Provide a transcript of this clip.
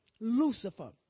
Lucifer